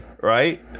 right